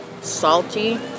salty